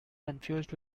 confused